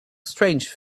strange